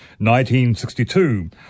1962